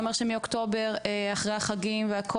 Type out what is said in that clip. זה אומר שמאוקטובר אחרי החגים והכל